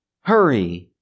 hurry